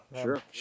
sure